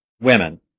women